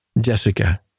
Jessica